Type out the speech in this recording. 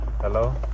Hello